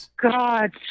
God